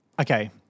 Okay